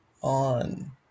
on